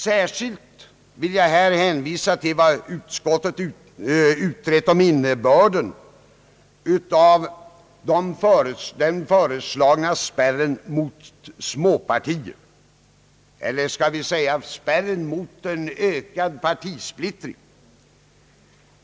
Särskilt vill jag hänvisa till vad utskottet utrett om innebörden av den föreslagna spärren mot småpartier eller skall vi säga spärren mot en ökad partisplittring.